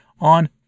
on